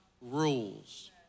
rules